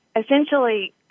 essentially